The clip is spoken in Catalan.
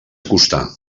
acostar